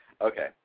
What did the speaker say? Okay